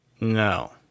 No